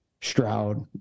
stroud